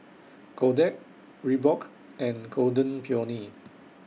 Kodak Reebok and Golden Peony